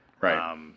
Right